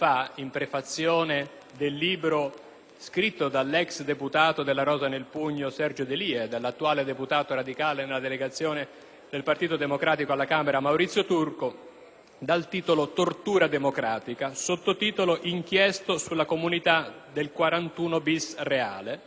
scritto dall'ex deputato della Rosa nel Pugno Sergio D'Elia e dall'attuale deputato radicale nella delegazione del Partito Democratico alla Camera Maurizio Turco, intitolato «Tortura democratica» e sottotitolato «Inchiesta su "la comunità del 41bis reale"». La prefazione